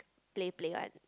play play [one]